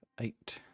eight